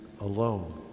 alone